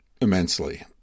immensely